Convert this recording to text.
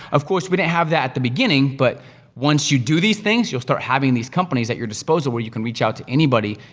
of course, we didn't have that at the beginning, but once you do these things, you'll start having these companies at your disposal, where you can reach out to anybody,